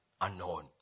unknown